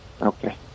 Okay